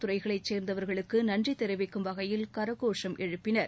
துறைகளைச் சேர்ந்தவர்களுக்கு நன்றி தெரிவிக்கும் வகையில் கரகோஷம் எழுப்பினர்